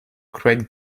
craig